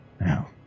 now